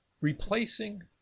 replacing